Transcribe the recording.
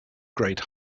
great